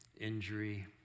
injury